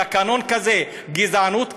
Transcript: תקנון כזה, גזענות כזאת,